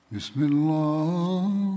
Bismillah